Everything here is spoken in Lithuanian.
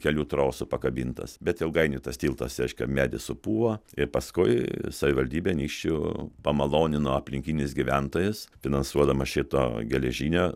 kelių trosų pakabintas bet ilgainiui tas tiltas reiškia medis supuva i paskui savivaldybė anykščių pamalonino aplinkinius gyventojus finansuodama šito geležinio